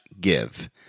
give